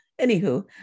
Anywho